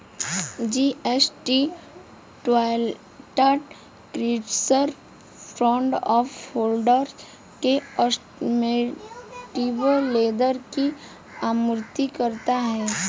GST Toyota, Chrysler, Ford और Honda के automotive leather की आपूर्ति करता है